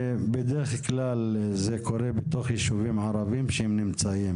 בדרך כלל זה קורה בתוך ישובים ערבים שנמצאים